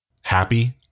happy